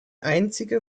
einzige